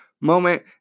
moment